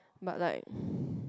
but like